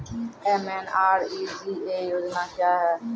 MNREGA योजना क्या हैं?